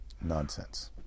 nonsense